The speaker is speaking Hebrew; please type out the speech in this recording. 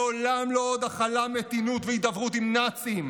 לעולם לא עוד הכלה, מתינות והידברות עם נאצים.